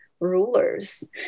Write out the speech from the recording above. rulers